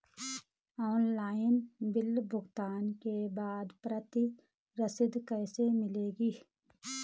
Online bill भुगतान के बाद प्रति रसीद कैसे मिलेगी?